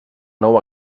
nou